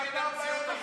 הורוביץ כתב להם מכתב.